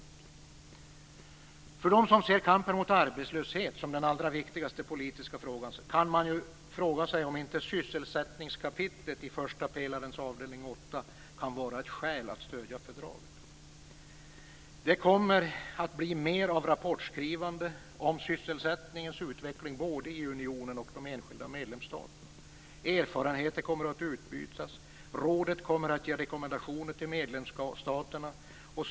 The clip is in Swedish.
Beträffande dem som ser kampen mot arbetslöshet som den allra viktigaste politiska frågan kan man fråga sig om inte sysselsättningskapitlet i första pelarens avdelning 8 kan vara ett skäl att stödja fördraget. Det kommer att bli mer av rapportskrivande om sysselsättningens utveckling både i unionen och i de enskilda medlemsstaterna. Erfarenheter kommer att utbytas. Rådet kommer att ge medlemsstaterna rekommendationer.